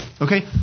Okay